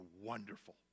wonderful